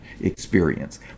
experience